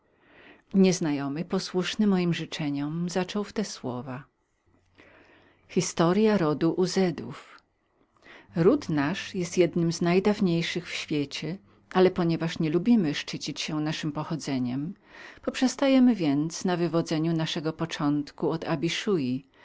nieznajomy posłuszonyposłuszny moim życzeniom zaczął w te słowa ród nasz jest jednym z najdawniejszych w świecie ale ponieważ nie lubimy szczycić się naszem pochodzeniem poprzestajemy więc na wywodzeniu naszego początku od abiszuaha syna